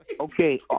Okay